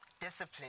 discipline